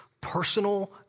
personal